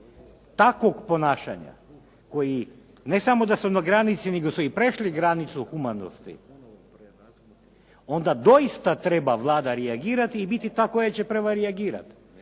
takvog ponašanja koji ne samo da su na granici nego su i prešli granicu humanosti, onda doista treba Vlada reagirati i biti ta koja će prva reagirati.